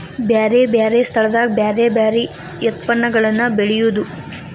ಬ್ಯಾರೆ ಬ್ಯಾರೆ ಸ್ಥಳದಾಗ ಬ್ಯಾರೆ ಬ್ಯಾರೆ ಯತ್ಪನ್ನಗಳನ್ನ ಬೆಳೆಯುದು